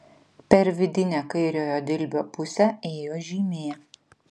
per vidinę kairiojo dilbio pusę ėjo žymė